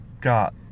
got